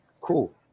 cool